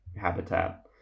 habitat